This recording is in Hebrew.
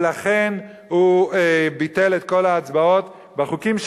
ולכן הוא ביטל את כל ההצבעות בחוקים,